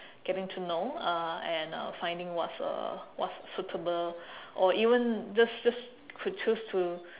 getting to know uh and uh finding what's uh what's suitable or even just just could choose to